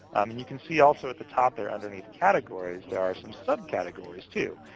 and you can see, also, at the top there, underneath categories, there are some subcategories, too,